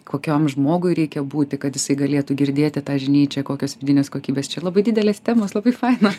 kokiam žmogui reikia būti kad jisai galėtų girdėti tą žinyčią kokios vidinės kokybės čia labai didelės temos labai faina